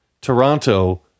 Toronto